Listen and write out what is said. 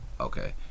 Okay